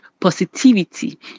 positivity